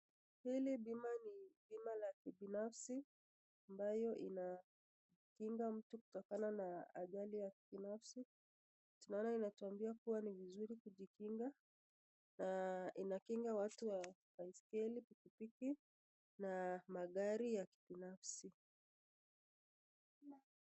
Hili bima ni bima la kibinafsi ambayo inakinga mtu kutokana na ajali ya kibinafsi, tunaona inatuambia kuwa ni mzuri kujikinga na inakinga watu wa baiskeli, pikipiki na magari ya kibinafsi.